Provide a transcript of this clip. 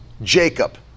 Jacob